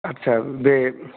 आच्चा बे